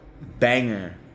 Banger